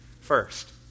first